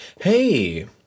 Hey